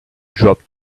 drop